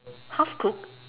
half cooked